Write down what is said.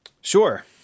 Sure